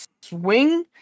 swing